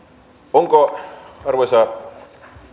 onko arvoisa